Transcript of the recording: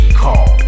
call